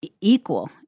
equal